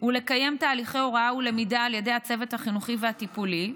ולקיים תהליכי הוראה ולמידה על ידי הצוות החינוכי והטיפולי,